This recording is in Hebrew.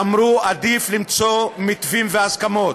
ואמרו שעדיף למצוא מתווים והסכמות.